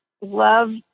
Love